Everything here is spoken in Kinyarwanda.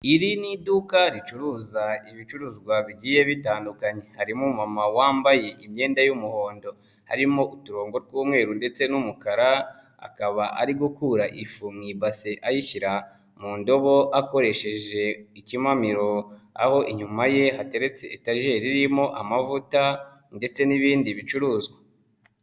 Iri ni iduka ricuruza ibicuruzwa bigiye bitandukanye, harimo mama wambaye imyenda y'umuhondo, harimo uturongo tw'umweru ndetse n'umukara, akaba ari gukura ifu mu ibase ayishyira mu ndobo akoresheje ikimamiro, aho inyuma ye hateretse itajeri irimo amavuta ndetse n'ibindi bicuruzwa.